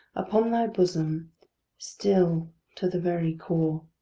upon thy bosom still to the very core.